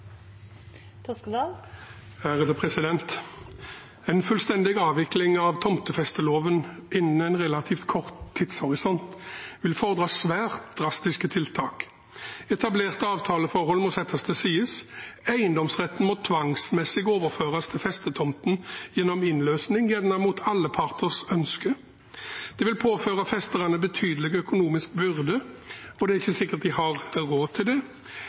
En fullstendig avvikling av tomtefesteloven innenfor en relativt kort tidshorisont vil fordre svært drastiske tiltak. Etablerte avtaleforhold må settes til side, og eiendomsretten må tvangsmessig overføres til festetomten gjennom innløsning – gjerne mot alle parters ønske. Det vil påføre festerne en betydelig økonomisk byrde, og det er ikke sikkert at de har råd til det.